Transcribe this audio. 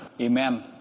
Amen